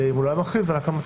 אם הוא לא היה מכריז על הקמתה.